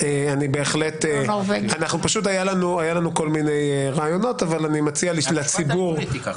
היו לנו כל מיני רעיונות --- מהמשפט העברי תיקח.